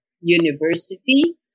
University